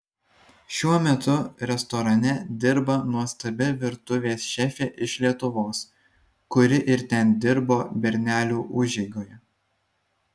šiuo metu restorane dirba nuostabi virtuvės šefė iš lietuvos kuri ir ten dirbo bernelių užeigoje